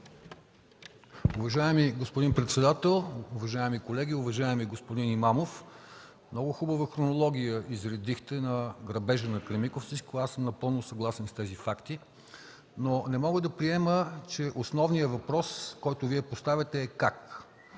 Уважаеми господин председател, уважаеми колеги! Уважаеми господин Имамов, много хубава хронология изредихте на грабежа на „Кремиковци” – напълно съм съгласен с тези факти, но не мога да приема, че основният въпрос, който Вие поставяте, е „Как?”.